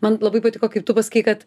man labai patiko kaip tu pasakei kad